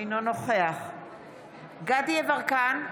אינו נוכח גדי יברקן,